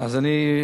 אז אני,